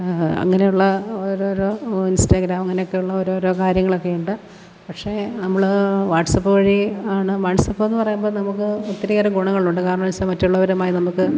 അങ്ങനെയുള്ള ഓരോരോ ഇൻസ്റ്റാഗ്രാം അങ്ങനെയൊക്കെ ഉള്ള ഓരോരോ കാര്യങ്ങളൊക്കെ ഉണ്ട് പക്ഷേ നമ്മൾ വാട്സ്ആപ്പ് വഴി ആണ് വാട്സ്ആപ്പ് എന്ന് പറയുമ്പോൾ നമുക്ക് ഒത്തിരിയേറെ ഗുണങ്ങളുണ്ട് കാരണം വെച്ചാൽ മറ്റുള്ളവരുമായി നമുക്ക്